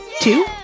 two